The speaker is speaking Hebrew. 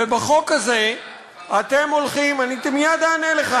ובחוק הזה אתם הולכים, העבירות, אני מייד אענה לך.